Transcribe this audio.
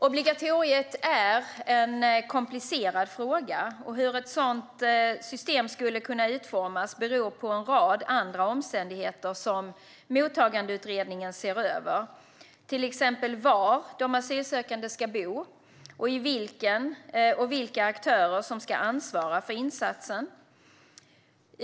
Obligatoriet är en komplicerad fråga, och hur ett sådant system skulle kunna utformas beror på en rad andra omständigheter som Mottagandeutredningen ser över, till exempel var de asylsökande ska bo och vilken eller vilka aktörer som ska ansvara för insatsen.